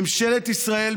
ממשלת ישראל,